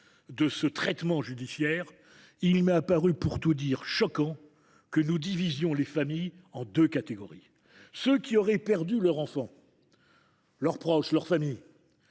de ce traitement judiciaire, il m’est apparu choquant que nous divisions les familles en deux catégories : celles qui auraient perdu leur enfant, leurs proches, leur famille